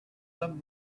them